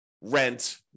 rent